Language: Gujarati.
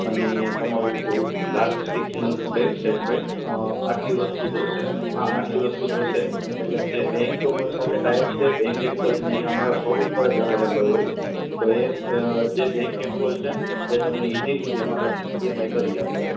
અને તમારું લાસ્ટ સિક્સ મંથનો બેંક સ્ટેટમેંટ આટલી વસ્તુ જોશે હા આટલી વસ્તુ જોશે એટલે જે બેંકમ સાથે ટાઈ અપ છે બેંક એમ્પ્લોઈ ઈ આ અમારા શો રૂમ પર જ અવેલેબલ હોય તો એ જે બેંક એમ્લપોય છે એ તમને ઈઝીલી જે એમાં તમને ઈએમઆઈ કરી આપશે